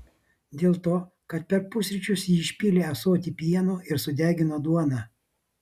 dėl to kad per pusryčius ji išpylė ąsotį pieno ir sudegino duoną